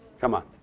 come on.